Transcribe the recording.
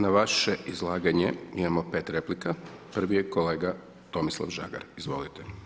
Na vaše izlaganje imamo 5 replika, prvi je kolega Tomislav Žagar, izvolite.